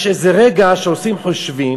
יש רגע שעושים חושבים